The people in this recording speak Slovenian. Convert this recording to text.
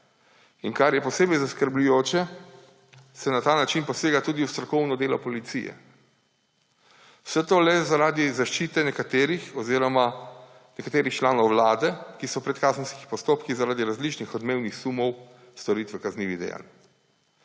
in kar je posebej zaskrbljujoče, se na ta način posega tudi v strokovno delo policije. Vse to le zaradi zaščite nekaterih oziroma nekaterih članov Vlade, ki so v predkazenskih postopkih zaradi različnih odmevnih sumov storitve kaznjivih dejanj.